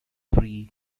free